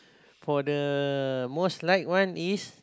for the most like one is